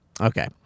okay